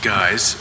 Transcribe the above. Guys